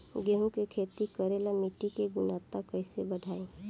गेहूं के खेती करेला मिट्टी के गुणवत्ता कैसे बढ़ाई?